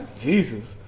jesus